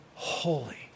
Holy